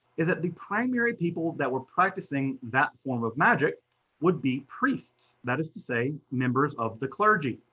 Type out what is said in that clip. is that the primary people that were practicing that form of magic would be priests, that is to say, members of the clergy.